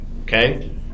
okay